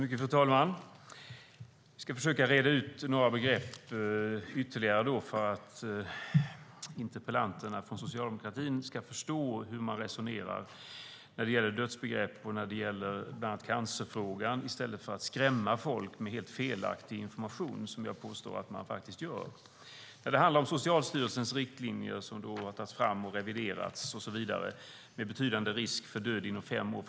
Fru talman! Jag ska försöka reda ut några begrepp ytterligare för att de socialdemokratiska debattörerna ska förstå hur man resonerar när det gäller dödsbegrepp och bland annat cancerfrågan. Jag vill reda ut dessa frågor i stället för att skrämma folk med helt felaktig information, vilket jag påstår att de båda socialdemokraterna här gör. Socialstyrelsens riktlinjer har tagits fram och reviderats när det gäller betydande risk för död inom fem år.